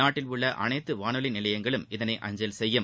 நாட்டில் உள்ள அனைத்து வானொலி நிலையங்களும் இதனை அஞ்சல் செய்யும்